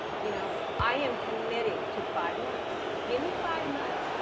you know i am committing to five months. give me five months.